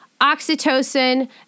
oxytocin